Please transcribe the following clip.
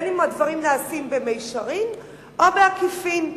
אם הדברים נעשים במישרין ואם בעקיפין,